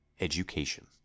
Education